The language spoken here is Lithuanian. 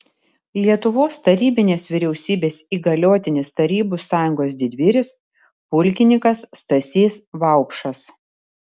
lietuvos tarybinės vyriausybės įgaliotinis tarybų sąjungos didvyris pulkininkas stasys vaupšas